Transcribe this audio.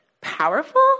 powerful